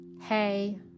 Hey